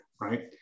Right